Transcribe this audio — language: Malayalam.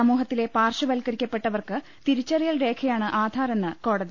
സമൂഹത്തിലെ പാർശ്വവത്കരിക്കപ്പെട്ട വർക്ക് തിരിച്ചറിയൽ രേഖയാണ് ആധാറെന്ന് കോടതി